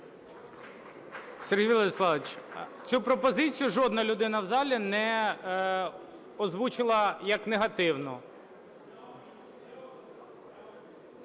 Сергію Владиславовичу, цю пропозицію жодна людина в залі не озвучила як негативну.